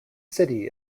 city